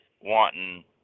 wanting